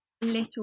little